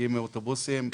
מגיעים מאוטובוסים,